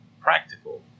practical